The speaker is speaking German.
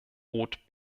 roth